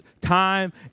time